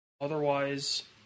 Otherwise